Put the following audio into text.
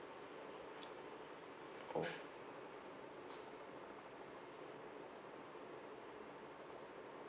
oh